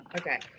Okay